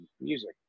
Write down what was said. music